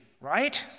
right